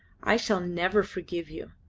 i shall never forgive you,